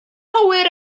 anghywir